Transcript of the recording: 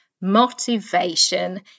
motivation